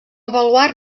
avaluar